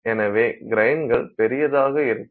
எனவே கிரைன்கள் பெரிதாக இருக்கும்